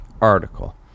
article